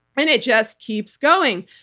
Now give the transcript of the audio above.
and it just keeps going.